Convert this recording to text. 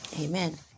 Amen